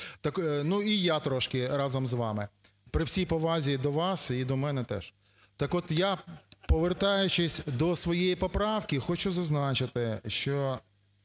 Ну і я трошки разом з вами. При всій повазі до вас і до мене теж. Так от я, повертаючись до своєї поправки, хочу зазначити, що